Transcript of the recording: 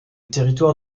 territoire